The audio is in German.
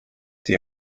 die